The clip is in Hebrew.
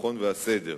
הביטחון והסדר.